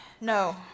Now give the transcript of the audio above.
No